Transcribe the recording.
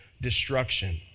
destruction